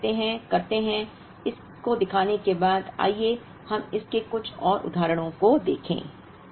अब हम करते हैं इसको देखने के बाद आइए हम इसके कुछ और उदाहरणों को देखें